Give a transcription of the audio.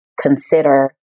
consider